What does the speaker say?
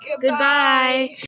Goodbye